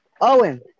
Owen